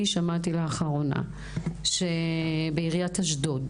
אני שמעתי לאחרונה שבעיריית אשדוד